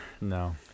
no